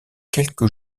quelques